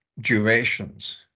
durations